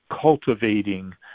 cultivating